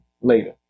later